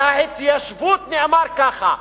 על ההתיישבות נאמר ככה,